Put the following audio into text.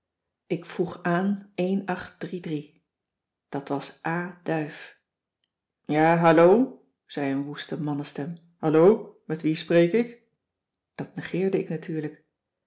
ik vroeg aan é drie at was a duyf ja hallo zei een woeste mannenstem hallo met wie spreek ik dat negeerde ik natuurlijk